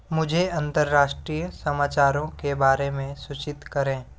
मुझे अंतरराष्ट्रीय समाचारों के बारे में सूचित करें